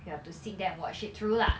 you have to sit there and watch it through lah